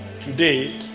today